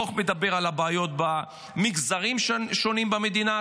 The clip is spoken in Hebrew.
הדוח מדבר על הבעיות במגזרים שונים במדינת